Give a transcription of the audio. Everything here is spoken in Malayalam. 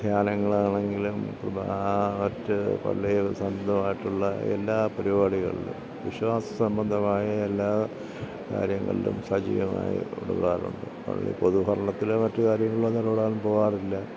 ധ്യാനങ്ങളാണെങ്കിലും കുർബാന മറ്റു പള്ളികളിൽ സ്വന്തമായിട്ടുള്ള എല്ലാ പരിപാടികളിലും വിശ്വാസ സംബന്ധമായ എല്ലാ കാര്യങ്ങളിലും സജ്ജീകരണങ്ങൾ കൊടുക്കാറുണ്ട് പള്ളി പൊതുഭരണത്തിലെ മറ്റു കാര്യങ്ങളിലൊന്നും ഇടപെടാൻ പോവാറില്ല